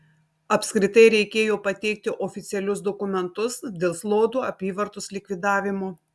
apskritai reikėjo pateikti oficialius dokumentus dėl zlotų apyvartos likvidavimo